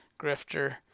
Grifter